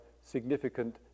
significant